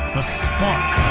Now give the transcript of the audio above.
a spark.